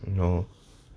no